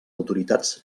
autoritats